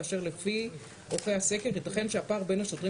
כאשר לפי עורכי הסקר ייתכן שהפער בין השוטרים